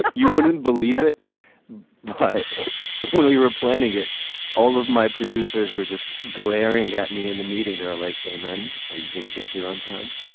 but you wouldn't believe it but before we were planning it all of my producers were just glaring at me in the meeting there like a man. are you going to get here on time